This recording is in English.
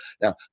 now